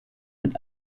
mit